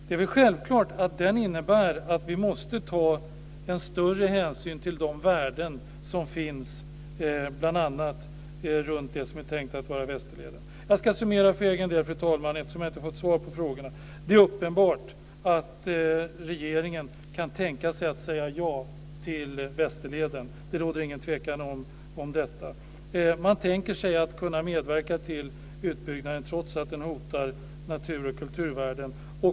Det är självklart att det innebär att vi måste ta större hänsyn till de värden som finns bl.a. runt det som är tänkt att vara Västerleden. Jag ska summera för egen del - jag fick inget svar på mina frågor. Det är uppenbart att regeringen kan tänka sig att säga ja till Västerleden. Det råder ingen tvekan om detta. Man kan tänka sig att kunna medverka till utbyggnaden, trots att den hotar natur och kulturvärden.